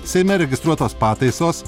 seime registruotos pataisos